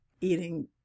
eating